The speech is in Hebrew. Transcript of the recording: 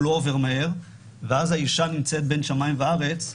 לא עובר מהר ואז האישה נמצאת בין שמיים וארץ.